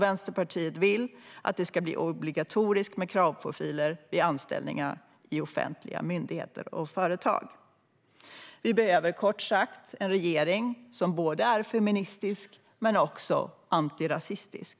Vänsterpartiet vill att det ska bli obligatoriskt med kravprofiler vid anställningar i offentliga myndigheter och företag. Vi behöver kort sagt en regering som är både feministisk och antirasistisk.